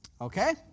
Okay